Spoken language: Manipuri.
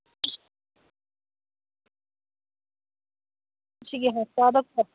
ꯁꯤꯒꯤ ꯍꯞꯇꯥꯗꯀꯣ